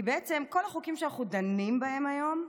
כל החוקים שאנחנו דנים בהם היום,